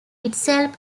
itself